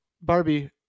Barbie